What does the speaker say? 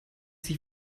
sich